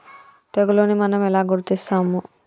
తెగులుని మనం ఎలా గుర్తిస్తాము?